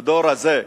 בדור הזה,